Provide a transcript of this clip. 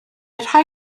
rhai